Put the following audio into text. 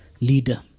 leader